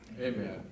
Amen